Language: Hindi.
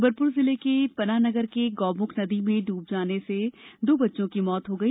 जबलपुर जिले के पना नगर के गौमुख नदी में डूबने से दो बच्चों की मौत हो गई